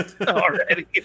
already